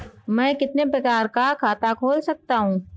मैं कितने प्रकार का खाता खोल सकता हूँ?